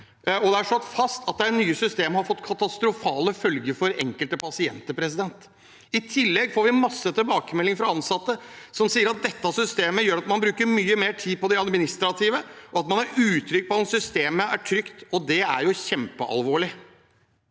det er slått fast at det nye systemet har fått katastrofale følger for enkelte pasienter. I tillegg får vi mange tilbakemeldinger fra ansatte som sier at dette systemet gjør at man bruker mye mer tid på det administrative. Man er usikker på om systemet er trygt, og det er kjempealvorlig.